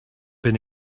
been